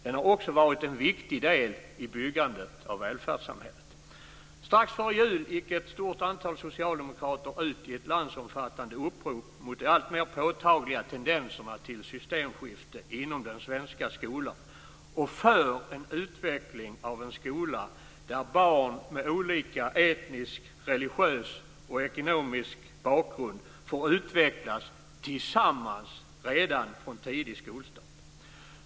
Den har också varit en viktig del i byggandet av välfärdssamhället. Strax före jul gick ett stort antal socialdemokrater ut i ett landsomfattande upprop mot de alltmer påtagliga tendenserna till systemskifte inom den svenska skolan och för en utveckling av en skola där barn med olika etnisk, religiös och ekonomisk bakgrund får utvecklas tillsammans redan från tidig skolstart.